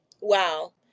Wow